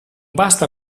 basta